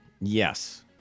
Yes